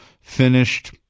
finished